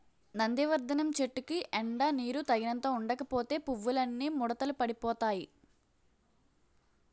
నందివర్థనం చెట్టుకి ఎండా నీరూ తగినంత ఉండకపోతే పువ్వులన్నీ ముడతలు పడిపోతాయ్